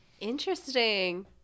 Interesting